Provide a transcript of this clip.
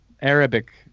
arabic